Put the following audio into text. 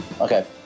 Okay